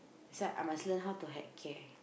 so I must learn how to heck care